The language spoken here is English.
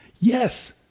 yes